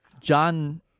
John